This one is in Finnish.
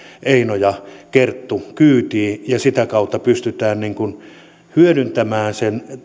eino ja kerttu tulevat kyytiin ja sitä kautta pystytään hyödyntämään